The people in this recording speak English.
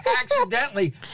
accidentally